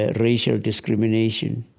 ah racial discrimination.